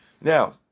Now